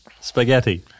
spaghetti